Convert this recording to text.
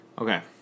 Okay